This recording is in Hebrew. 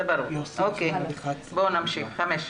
(3)